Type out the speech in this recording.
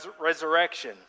resurrection